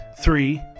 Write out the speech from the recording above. three